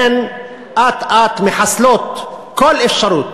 הן אט-אט מחסלות כל אפשרות